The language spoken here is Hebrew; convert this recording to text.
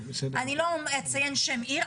אני לא אציין שם עיר.